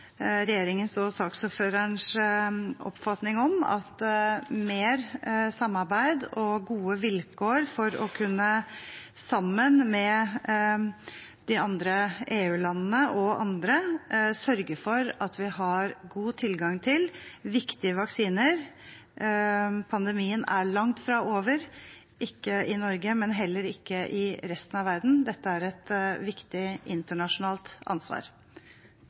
regjeringens og saksordførerens oppfatning om mer samarbeid og gode vilkår for sammen med de andre EU-landene og andre å kunne sørge for at vi har god tilgang på viktige vaksiner. Pandemien er langt fra over – ikke i Norge, og heller ikke i resten av verden. Dette er et viktig internasjonalt ansvar.